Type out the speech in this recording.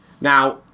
Now